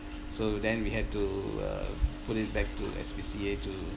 so then we had to uh put it back to S_P_C_A to